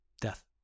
Death